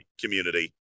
community